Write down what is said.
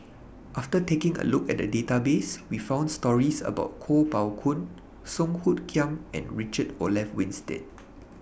after taking A Look At The Database We found stories about Kuo Pao Kun Song Hoot Kiam and Richard Olaf Winstedt